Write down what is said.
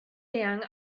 eang